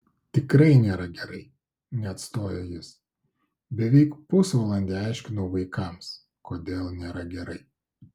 tikrai nėra gerai neatstojo jis beveik pusvalandį aiškinau vaikams kodėl nėra gerai